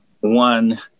one